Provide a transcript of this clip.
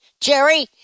Jerry